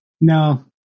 No